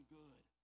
good